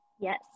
Yes